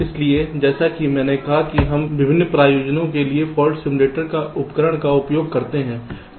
इसलिए जैसा कि मैंने कहा कि हम विभिन्न प्रयोजनों के लिए फाल्ट सिम्युलेटर उपकरण का उपयोग कर सकते हैं